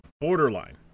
borderline